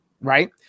Right